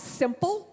simple